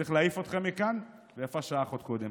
צריך להעיף אתכם מכאן ויפה שעה אחת קודם.